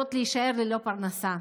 עלולות להישאר ללא פרנסה.